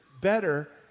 better